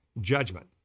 judgment